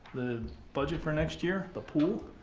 budget for next year, the pool,